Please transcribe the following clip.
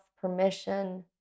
permission